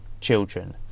children